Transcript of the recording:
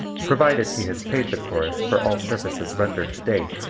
provided he has paid the chorus for all services rendered to date,